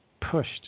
pushed